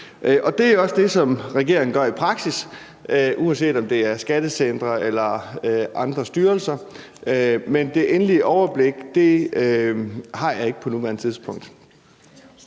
Det er også det, som regeringen gør i praksis, uanset om det er skattecentre eller andre styrelser, men det endelige overblik har jeg ikke på nuværende tidspunkt.